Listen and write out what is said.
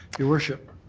your worship,